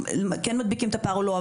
שכן מדביקים את הפער או לא.